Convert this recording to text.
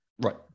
Right